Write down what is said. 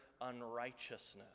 unrighteousness